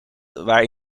waar